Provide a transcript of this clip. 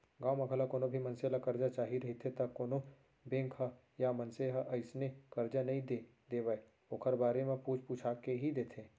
गाँव म घलौ कोनो भी मनसे ल करजा चाही रहिथे त कोनो बेंक ह या मनसे ह अइसने करजा नइ दे देवय ओखर बारे म पूछ पूछा के ही देथे